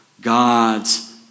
God's